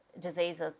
diseases